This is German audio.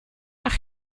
ach